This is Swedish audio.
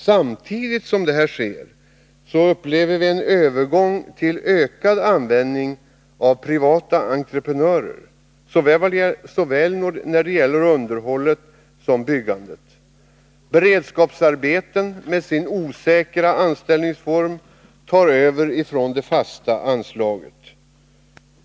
Samtidigt sker en ökad användning av privata entreprenörer i vad gäller såväl underhåll som byggande. Beredskapsarbeten med sin osäkra anställningsform tar över från det fasta anslaget.